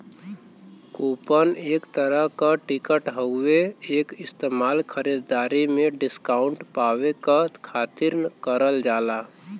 coupon एक तरह क टिकट हउवे एक इस्तेमाल खरीदारी में डिस्काउंट पावे क खातिर करल जाला